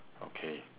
okay